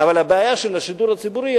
אבל הבעיה של השידור הציבורי,